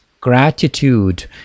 gratitude